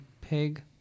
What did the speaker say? pig